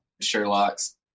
Sherlock's